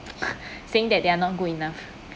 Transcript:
saying that they are not good enough